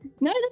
No